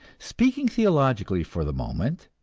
speaking theologically for the moment,